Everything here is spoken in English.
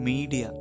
Media